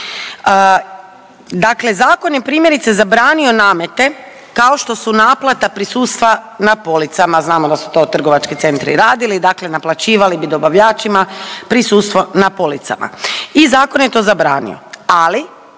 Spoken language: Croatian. Dakle zakon je primjerice zabranio namete kao što su naplata prisustva na policama, znamo da su to trgovački centri radili, dakle naplaćivali bi dobavljačima prisustvo na policama i zakonito zabranio, ali